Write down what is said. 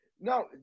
no